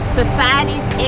society's